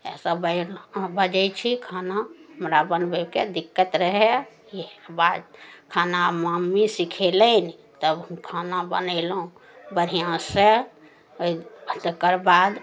एतऽ बजै छी खाना हमरा बनबैके दिक्कत रहै एहिके बाद खाना मम्मी सिखेलनि तब हम खाना बनेलहुॅं बढ़िऑं सऽ अय तकर बाद